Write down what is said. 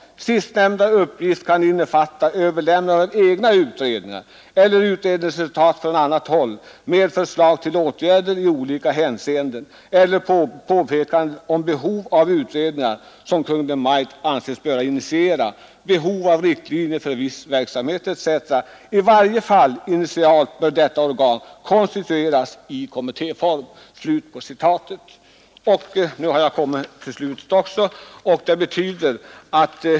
Sistnämnda uppgift kan innefatta överlämnande av egna utredningar eller utredningsresultat från annat håll med förslag till åtgärder i olika hänseenden, eller påpekanden om behov av utredningar som Kungl. Maj:t anses böra initiera, behov av riktlinjer för viss verksamhet etc. I varje fall initialt bör detta organ konstitueras i kommittéform.” Jag har nu kommit till slutet av mitt anförande.